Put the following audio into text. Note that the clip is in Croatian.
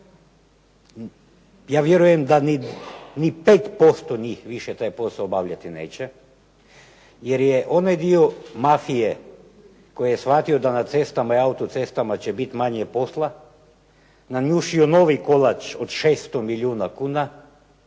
ja vjerujem da ni 5% njih više taj posao obavljati neće jer je onaj dio mafije koji je shvatio da na cestama i autocestama će biti manje posla nanjušio novi kolač od 600 milijuna kuna